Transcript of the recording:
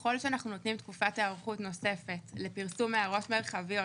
ככל שאנחנו תקופת היערכות נוספת לפרסום הערות מרחביות,